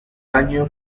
año